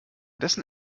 dessen